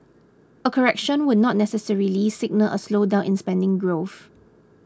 a correction would not necessarily signal a slowdown in spending growth